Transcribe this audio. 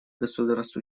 государств